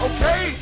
Okay